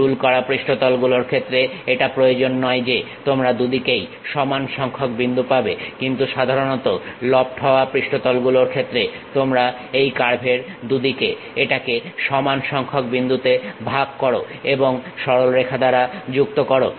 rule করা পৃষ্ঠতলগুলোর ক্ষেত্রে এটা প্রয়োজন নয় যে তোমরা দুদিকেই সমান সংখ্যক বিন্দু পাবে কিন্তু সাধারণত লফট হওয়া পৃষ্ঠতল গুলোর ক্ষেত্রে তোমরা এই কার্ভের দুদিকে এটাকে সমান সংখ্যক বিন্দুতে ভাগ করো এবং সরলরেখা দ্বারা যুক্ত করো